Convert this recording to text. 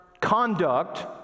conduct